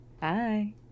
Bye